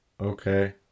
Okay